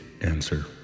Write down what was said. answer